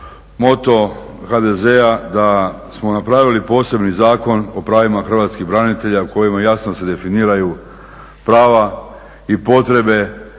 moto HDZ-a da smo napravili posebni Zakon o pravima hrvatskih branitelja u kojima jasno se definiraju prava i potrebe,